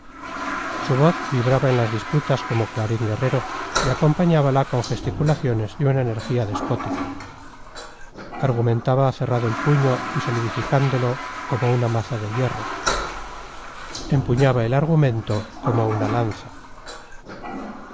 voz vibraba en las disputas como clarín guerrero y acompañábala con gesticulaciones de una energía despótica argumentaba cerrado el puño y solidificándolo como una maza de hierro empuñaba el argumento como una lanza